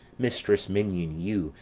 mistress minion you,